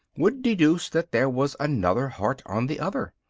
would deduce that there was another heart on the other.